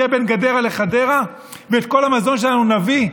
בין גדרה לחדרה ואת כל המזון שלנו נייבא,